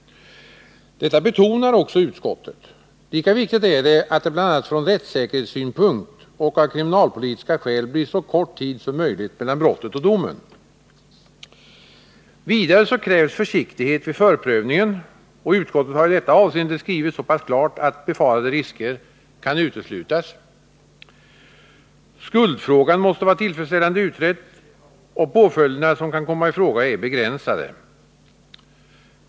Detta betonar också utskottet. Lika viktigt är det, bl.a. från rättssäkerhetssynpunkt och av kriminalpolitiska skäl, att det blir så kort tid som möjligt mellan brott och dom. Vidare krävs försiktighet vid förprövningen. Utskottet har i det avseendet skrivit så pass klart att befarade risker kan uteslutas. Skuldfrågan måste vara tillfredsställande utredd, och de påföljder som kan komma i fråga är begränsade.